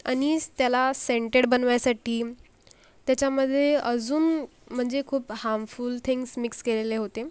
आणि त्याला सेंटेड बनवायसाठी त्याच्यामध्ये अजून म्हणजे खूप हार्मफुल थिंग्ज मिक्स केलेले होते